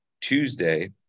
Tuesday